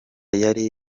yari